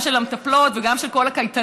גם של המטפלות וגם של כל הקייטנות,